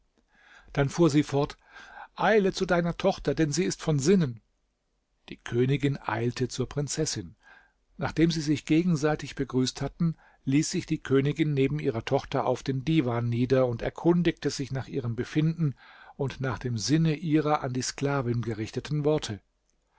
dann fuhr sie fort eile zu deiner tochter denn sie ist von sinnen die königin eilte zur prinzessin nachdem sie sich gegenseitig begrüßt hatten ließ sich die königin neben ihrer tochter auf den divan nieder und erkundigte sich nach ihrem befinden und nach dem sinne ihrer an die sklavin gerichteten worte